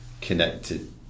connected